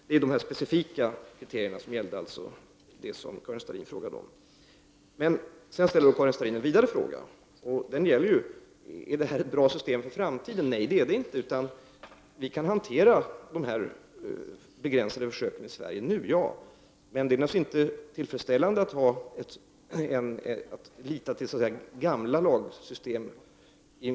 Det är alltså de specifika kriterier som Karin Starrin frågade om. Karin Starrin ställde vidare frågan om det här är ett bra system för framtiden. Nej. det är det inte. Vi kan hantera de här begränsade försöken i Sverige nu, men det är naturligtvis inte tillfredsställande att inför en utveckling som går mycket snabbt lita till gamla lagsystem.